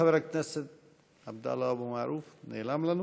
חבר הכנסת עבדאללה אבו מערוף, נעלם לנו.